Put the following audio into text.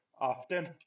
often